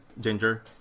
Ginger